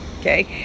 Okay